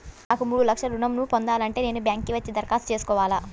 నాకు మూడు లక్షలు ఋణం ను పొందాలంటే నేను బ్యాంక్కి వచ్చి దరఖాస్తు చేసుకోవాలా?